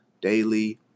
daily